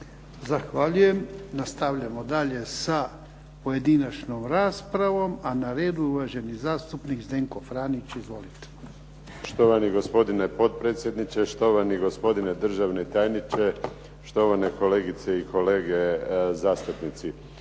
Zahvaljujem. Nastavljamo dalje sa pojedinačnom raspravom. A na redu je uvaženi zastupnik Zdenko Franić. Izvolite. **Franić, Zdenko (SDP)** Štovani gospodine potpredsjedniče, štovani gospodine državni tajniče, štovane kolegice i kolege zastupnici.